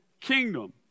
kingdom